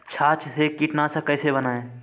छाछ से कीटनाशक कैसे बनाएँ?